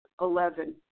Eleven